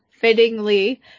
fittingly